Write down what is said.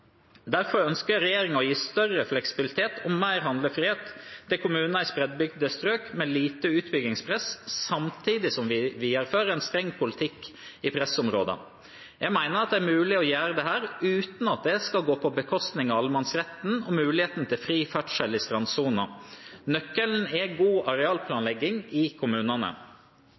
Derfor ønsker regjeringen å gi større fleksibilitet og mer handlefrihet til kommuner i spredtbygde strøk med lite utbyggingspress, samtidig som vi viderefører en streng politikk i pressområder. Jeg mener det er mulig å gjøre dette uten at det skal gå på bekostning av allemannsretten og muligheten til fri ferdsel i strandsonen. Nøkkelen er god arealplanlegging i kommunene.